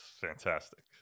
fantastic